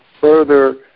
further